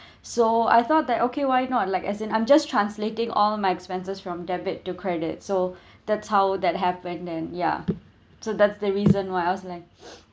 so I thought that okay why not like as in I'm just translating all my expenses from debit to credit so that's how that happened then ya so that's the reason why I was like